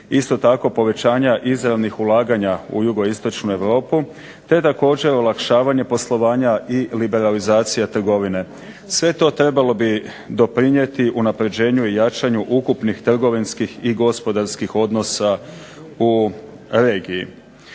isto tako povećanja izravnih ulaganja u Jugoistočnu Europu te također olakšavanje poslovanja i liberalizacija trgovine. Sve to trebalo bi doprinijeti unapređenju i jačanju ukupnih trgovinskih i gospodarskih odnosa u regiji.